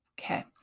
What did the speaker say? Okay